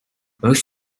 most